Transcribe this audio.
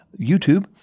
YouTube